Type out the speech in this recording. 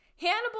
Hannibal